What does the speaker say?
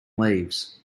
leaves